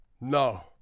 No